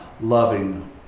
loving